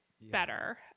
better